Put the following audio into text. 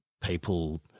people